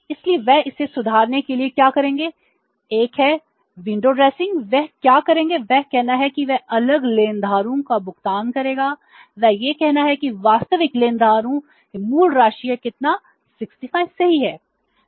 इसलिए वह इसे सुधारने के लिए क्या करेगा एक है खिड़की की ड्रेसिंग वह क्या करेगा वह कहना है कि वह अलग लेनदारों का भुगतान करेगा वह यह कहना है कि वास्तविक लेनदारों है मूल राशि है कितना 65 सही है